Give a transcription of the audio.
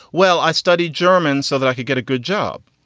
well, i studied german so that i could get a good job.